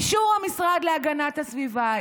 אישור המשרד להגנת הסביבה,